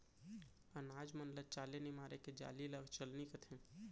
अनाज मन ल चाले निमारे के जाली ल चलनी कथें